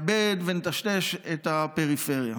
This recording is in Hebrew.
נאבד ונטשטש את הפריפריה.